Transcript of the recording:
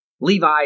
Levi